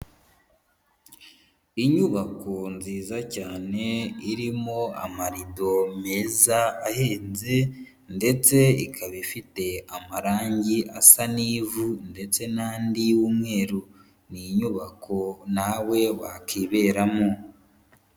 Inyubako nziza cyane irimo amarido meza ahenze ndetse ikaba ifite amarangi asa n'ivu ndetse n'andi y'umweru. Ni inyubako nawe wakiberamo.